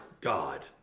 God